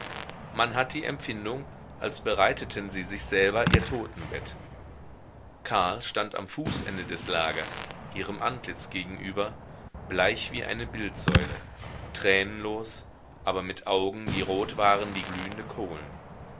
man hat die empfindung als bereiteten sie sich selber ihr totenbett karl stand am fußende des lagers ihrem antlitz gegenüber bleich wie eine bildsäule tränenlos aber mit augen die rot waren wie glühende kohlen